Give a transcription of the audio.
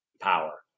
power